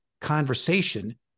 conversation